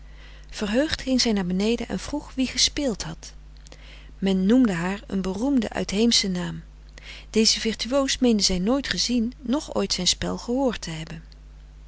verheugd ging zij naar beneden en vroeg wie gespeeld had men noemde haar een beroemden uitheemschen naam dezen virtuoos meende zij nooit gezien noch ooit zijn spel gehoord te hebben